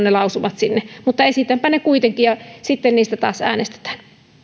ne lausumat ovat sinne mutta esitänpä ne kuitenkin ja sitten niistä taas äänestetään